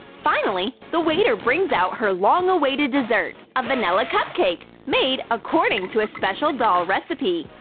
finally, the waiter brings out her long-awaited dessert! a vanilla cupcake, made according to a special doll recipe!